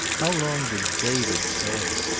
how long did david stay?